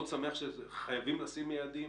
חייבים לשים יעדים